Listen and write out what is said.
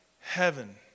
heaven